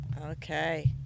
Okay